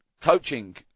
coaching